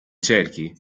cerchi